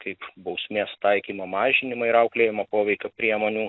kaip bausmės taikymo mažinimą ir auklėjamo poveikio priemonių